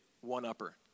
one-upper